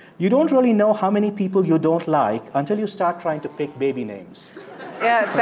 you don't really know how many people you don't like until you start trying to pick baby names yeah, that